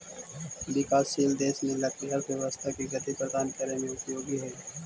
विकासशील देश में लकड़ी अर्थव्यवस्था के गति प्रदान करे में उपयोगी हइ